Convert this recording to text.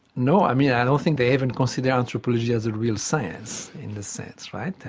no, i mean, i don't think they even consider anthropology as a real science in this sense, right?